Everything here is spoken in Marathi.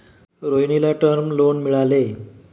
रोहिणीला टर्म लोन मिळाले